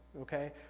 okay